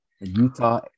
Utah